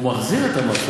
הוא מחזיר את המס,